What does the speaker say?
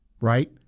right